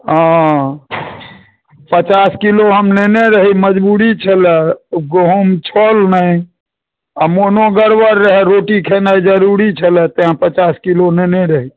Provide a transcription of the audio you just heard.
हँ पचास किलो हम लेने रही मजबूरी छलए गहुँम छल नहि आ मोनो गड़बड़ रहए रोटी खेनाइ जरूरी छलए तैँ पचास किलो लेने रही